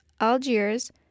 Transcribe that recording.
Algiers